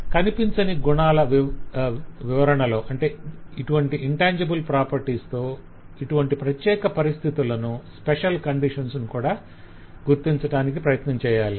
అప్రత్యక్ష గుణాల వివరణలో ఇటువంటి ప్రత్యేక పరిస్థితులను కూడా గుర్తించటానికి ప్రయత్నం చేయాలి